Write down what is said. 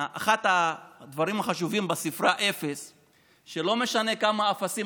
אחד הדברים החשובים בספרה אפס זה שלא משנה כמה אפסים